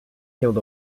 killed